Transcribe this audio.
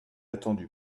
attendu